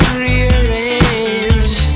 rearrange